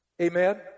Amen